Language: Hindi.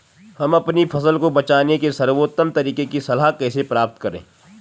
हम अपनी फसल को बचाने के सर्वोत्तम तरीके की सलाह कैसे प्राप्त करें?